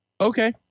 okay